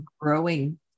growing